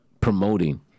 promoting